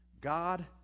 God